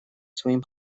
своим